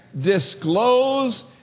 disclose